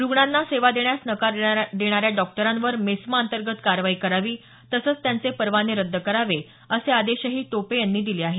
रुग्णांना सेवा देण्यास नकार देणाऱ्या डॉक्टरांवर मेस्मा अंतर्गत कारवाई करावी तसंच त्यांचे परवाने रद्द करावे असे आदेशही टोपे यांनी दिले आहेत